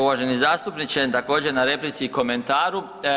uvaženi zastupniče također na replici i komentaru.